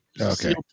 okay